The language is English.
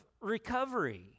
recovery